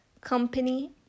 company